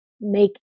make